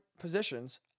positions